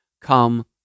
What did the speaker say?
come